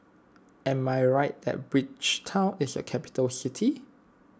am I right that Bridgetown is a capital city